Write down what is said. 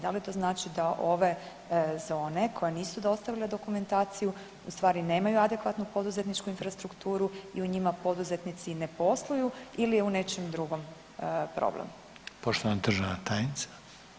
Da li to znači da ove zone koje nisu dostavile dokumentaciju u stvari nemaju adekvatnu poduzetničku infrastrukturu i u njima poduzetnici ne posluju ili je u nečem drugom problem?